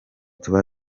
tuba